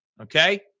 Okay